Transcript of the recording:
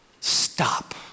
Stop